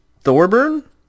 Thorburn